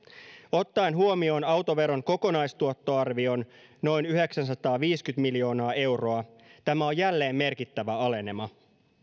ottaen huomioon autoveron kokonaistuottoarvion noin yhdeksänsataaviisikymmentä miljoonaa euroa tämä on jälleen merkittävä alenema